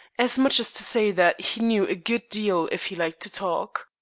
as much as to say that he knew good deal if he liked to talk.